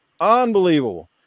unbelievable